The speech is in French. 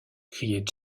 criait